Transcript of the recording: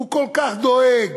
הוא כל כך דואג